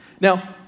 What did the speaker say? Now